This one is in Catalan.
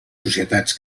societats